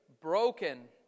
broken